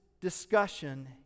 discussion